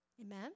amen